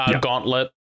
gauntlet